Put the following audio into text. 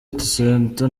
center